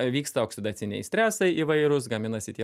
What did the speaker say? vyksta oksidaciniai stresai įvairūs gaminasi tie